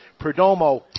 Perdomo